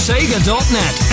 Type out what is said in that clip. Sega.net